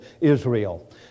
Israel